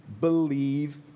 believe